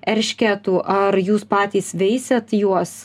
eršketų ar jūs patys veisiat juos